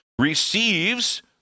receives